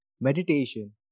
meditation